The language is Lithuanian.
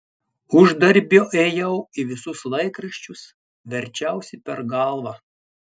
uždarbio ėjau į visus laikraščius verčiausi per galvą